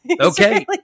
Okay